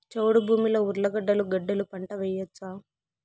చౌడు భూమిలో ఉర్లగడ్డలు గడ్డలు పంట వేయచ్చా?